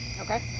Okay